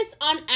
on